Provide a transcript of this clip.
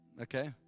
Okay